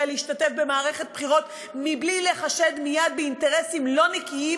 להשתתף במערכת בחירות בלי להיחשד מייד באינטרסים לא נקיים,